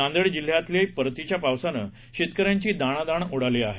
नांदेड जिल्ह्यातही परतीच्या पावसानं शेतकऱ्यांची दाणादाण उडाली आहे